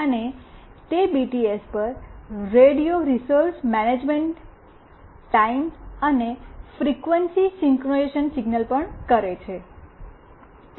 અને તે બીટીએસ પર રેડિયો રિસોર્સ મૈનજ્મન્ટટાઈમ અને ફ્રીક્વન્સી સિંક્રનાઇઝેશન સિગ્નલ પણ કરે છે